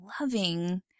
loving